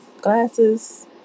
glasses